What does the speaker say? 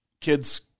Kids